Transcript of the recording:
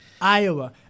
Iowa